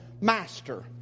master